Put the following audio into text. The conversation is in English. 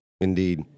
Indeed